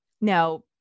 Now